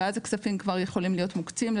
ואז הכספים כבר יכולים להיות מוקצים,